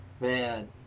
Man